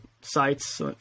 sites